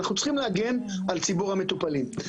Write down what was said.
אנחנו צריכים להגן על ציבור המטופלים,